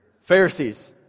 Pharisees